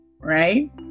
right